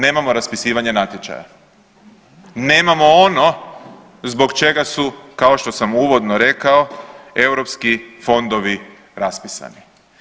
Nemamo raspisivanja natječaja, nemamo ono zbog čega su, kao što sam uvodno rekao, europski fondovi raspisani.